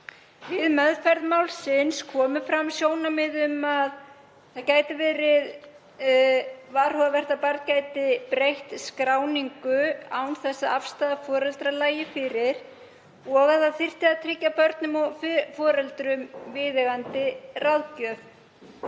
Við meðferð málsins komu fram sjónarmið um að það gæti verið varhugavert að barn gæti breytt skráningu án þess að afstaða foreldra lægi fyrir og að tryggja þyrfti börnum og foreldrum viðeigandi ráðgjöf.